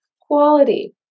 quality